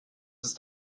ist